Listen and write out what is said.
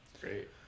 Great